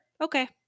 Okay